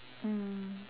mm